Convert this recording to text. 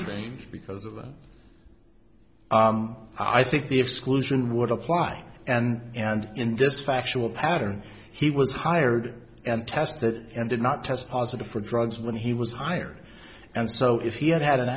thing because of the i think the exclusion would apply and and in this factual pattern he was hired and tested and did not test positive for drugs when he was hired and so if he had had an